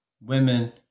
women